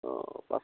অঁ পাঁচটা